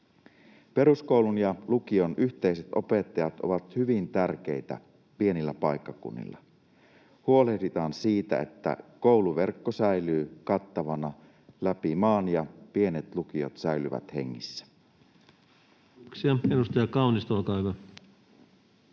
Peruskoulun ja lukion yhteiset opettajat ovat hyvin tärkeitä pienillä paikkakunnilla. Huolehditaan siitä, että kouluverkko säilyy kattavana läpi maan ja pienet lukiot säilyvät hengissä.